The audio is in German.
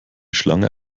schlange